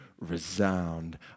resound